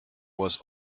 was